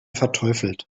verteufelt